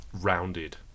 rounded